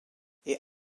est